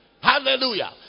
hallelujah